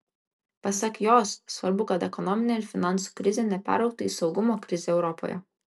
pasak jos svarbu kad ekonominė ir finansų krizė neperaugtų į saugumo krizę europoje